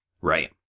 Right